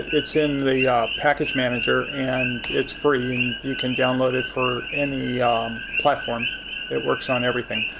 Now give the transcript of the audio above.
it's in the package manager, and it's free. you can download it for any platform it works on everything